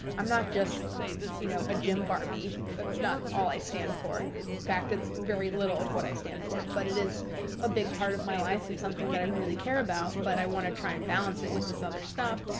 i'm not just you know a gym barbie. that's not all i stand for. and in fact, it's very little of what i stand for, but it is a big part of my life and something that i really care about. but i want to try and balance it with this other stuff,